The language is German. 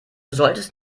solltest